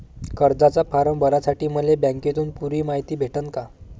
कर्जाचा फारम भरासाठी मले बँकेतून पुरी मायती भेटन का?